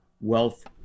wealth